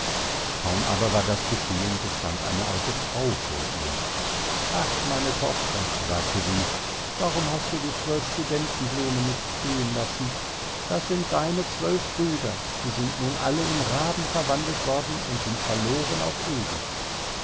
kaum aber war das geschehen so stand eine alte frau vor ihr ach meine tochter sagte sie warum hast du die zwölf studentenblumen nicht stehen lassen das sind deine zwölf brüder die sind nun alle in raben verwandelt worden und sind verloren auf ewig